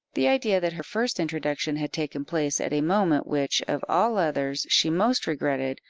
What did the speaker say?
the idea that her first introduction had taken place at a moment which, of all others, she most regretted,